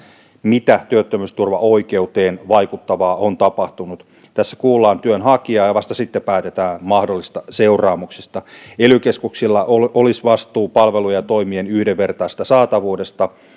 mitä työttömyysturvaoikeuteen vaikuttavaa on tapahtunut tässä kuullaan työnhakijaa ja vasta sitten päätetään mahdollisista seuraamuksista ely keskuksilla olisi vastuu palvelujen ja toimien yhdenvertaisesta saatavuudesta